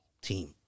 team